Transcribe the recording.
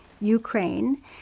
Ukraine